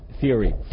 theory